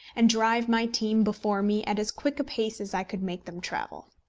and drive my team before me at as quick a pace as i could make them travel.